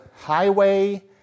highway